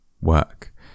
work